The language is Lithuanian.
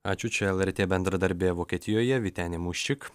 ačiū čia lrt bendradarbė vokietijoje vytenė muščik